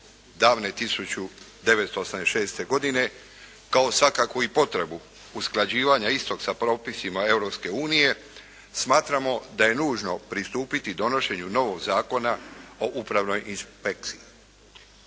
davne 1986. godine kao svakako i potrebu usklađivanja istog sa propisima Europske unije smatramo da je nužno pristupiti donošenju novog zakona o upravnoj inspekciji.